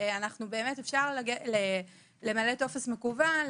אפשר למלא טופס מקוון,